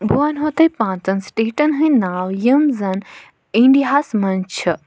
بہٕ وَنہو تۄہہِ پانٛژَن سٹیٹَن ہٕنٛدۍ ناو یِم زَن اِنڈیاہَس منٛز چھِ